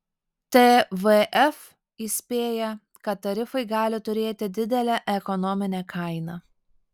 tvf įspėja kad tarifai gali turėti didelę ekonominę kainą